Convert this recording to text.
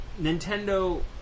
Nintendo